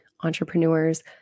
entrepreneurs